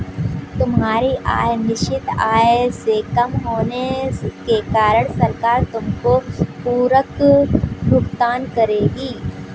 तुम्हारी आय निश्चित आय से कम होने के कारण सरकार तुमको पूरक भुगतान करेगी